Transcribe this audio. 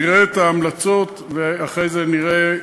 נראה את ההמלצות, ואחרי זה נראה,